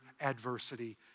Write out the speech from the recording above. adversity